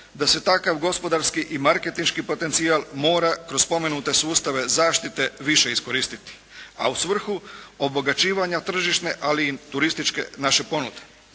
da se takav gospodarski i marketinški potencijal mora kroz spomenute sustave zaštite više iskoristiti a u svrhu obogaćivanja tržišne ali i turističke naše ponude.